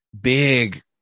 big